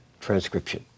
transcription